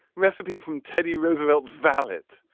recipe from teddy roosevelt is valid.